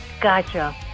Gotcha